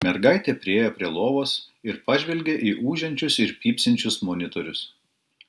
mergaitė priėjo prie lovos ir pažvelgė į ūžiančius ir pypsinčius monitorius